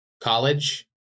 College